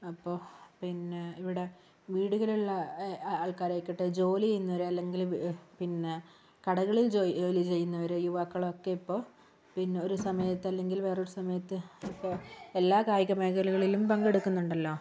അപ്പൊൾ പിന്നെ ഇവിടെ വീടുകളിലുള്ള ആ ആൾക്കാരായിക്കൊട്ടെ ജോലി ചെയ്യുന്നവരല്ലെങ്കിൽ പിന്നെ കടകളിൽ ജോലി ചെയ്യുന്നവര് യുവാക്കള് ഒക്കെ ഇപ്പൊ പിന്നെ ഒരു സമയത്തല്ലെങ്കിൽ വേറൊരു സമയത്ത് എല്ലാ കായിക മേഖലകളിലും പങ്കെടുക്കുന്നുണ്ടല്ലൊ